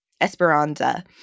Esperanza